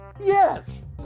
Yes